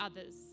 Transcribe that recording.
others